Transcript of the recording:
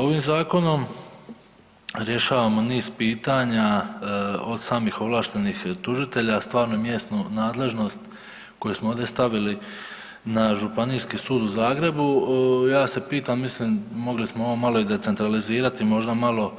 Ovim zakonom rješavamo niz pitanja od samih ovlaštenih tužitelja, stvarnu i mjesnu nadležnost koju smo ovdje stavili na Županijski sud u Zagrebu, ja se pitam, mislim mogli smo ovo malo i decentralizirat, možda malo